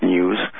News